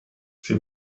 sie